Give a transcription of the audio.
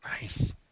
Nice